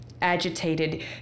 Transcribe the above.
agitated